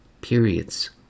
periods